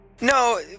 No